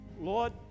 Lord